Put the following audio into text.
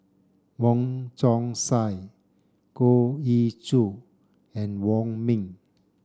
Wong Chong Sai Goh Ee Choo and Wong Ming